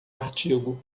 artigo